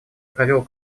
провел